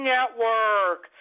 Network